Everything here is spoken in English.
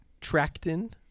Tracton